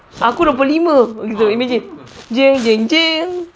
aku dua puluh lima